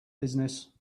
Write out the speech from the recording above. business